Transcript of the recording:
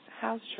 house